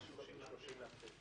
30 באפריל.